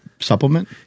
supplement